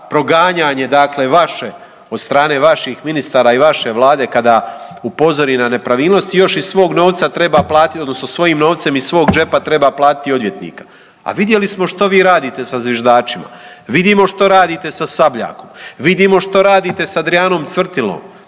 proganjanje, dakle vaše, od strane vaših ministara i vaše Vlade kada upozori na nepravilnosti još iz svog novca treba platiti, odnosno svojim novcem iz svog džepa treba platiti odvjetnika. A vidjeli smo što vi radite sa zviždačima? Vidimo što radite sa Sabljakom. Vidimo što radite sa Andrijanom Cvrtilom.